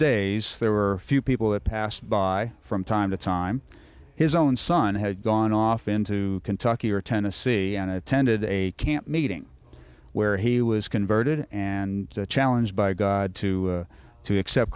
days there were a few people that passed by from time to time his own son had gone off into kentucky or tennessee and attended a camp meeting where he was converted and challenged by god to to accept